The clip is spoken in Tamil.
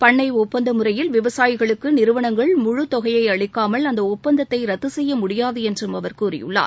பண்ணை ஒப்பந்த முறையில் விவசாயிகளுக்கு நிறுவனங்கள் முழு தொகையை அளிக்காமல் அந்த ஒப்பந்தத்தை ரத்து செய்ய முடியாது என்றும் அவர் கூறியுள்ளார்